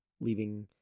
leaving